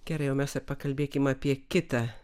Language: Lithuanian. gerai o mes pakalbėkim apie kitą